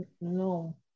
No